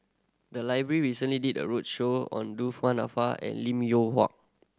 the library recently did a roadshow on Du Nanfa and Lim Yew